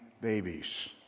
babies